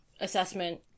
assessment